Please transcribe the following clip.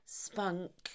spunk